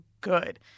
good